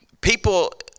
people